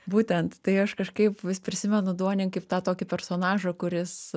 būtent tai aš kažkaip vis prisimenu duonį kaip tą tokį personažą kuris